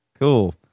Cool